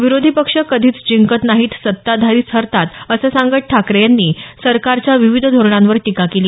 विरोधी पक्ष कधीच जिंकत नाही सत्ताधारीच हरतात असे सांगत ठाकरे यांनी सरकारच्या विविध धोरणावर टीका केली